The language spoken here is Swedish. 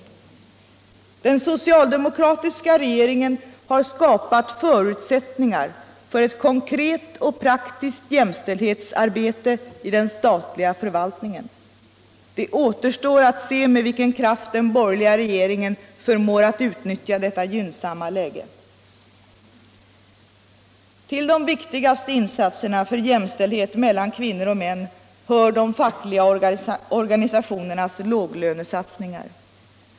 Allmänpolitisk debatt Allmänpolitisk debatt Den socialdemokratiska regeringen har skapat förutsättningarna för ett konkret och praktiskt jämställdhetsarbete i den stattliga förvaltningen. Det återstår att se med vilken kraft den borgerliga regeringen förmår att utnyttja detta gynnsamma läge. Till de viktigaste insatserna för jämställdhet metlan kvinnor och män hör de fackliga organisationernas låglönesatsningar.